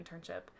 internship